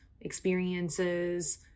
experiences